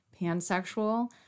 pansexual